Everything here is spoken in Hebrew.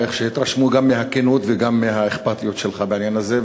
ואיך התרשמו גם מהכנות וגם מהאכפתיות שלך בעניין הזה,